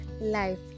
life